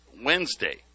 Wednesday